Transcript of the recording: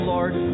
Lord